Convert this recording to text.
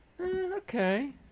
okay